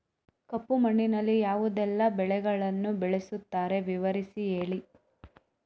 ಕಪ್ಪು ಮಣ್ಣಿನಲ್ಲಿ ಯಾವುದೆಲ್ಲ ಬೆಳೆಗಳನ್ನು ಬೆಳೆಸುತ್ತಾರೆ ವಿವರಿಸಿ ಹೇಳಿ